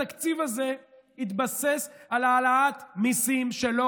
התקציב הזה התבסס על העלאת מיסים שלא